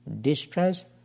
distrust